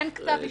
אין כתב אישום,